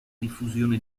diffusione